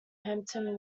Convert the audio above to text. hampton